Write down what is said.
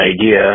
idea